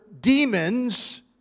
demons